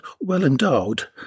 well-endowed